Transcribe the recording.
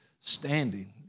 standing